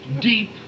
Deep